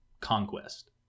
conquest